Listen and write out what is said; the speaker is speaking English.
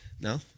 No